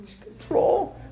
Control